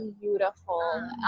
beautiful